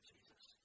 Jesus